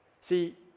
See